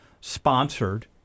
sponsored